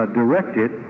directed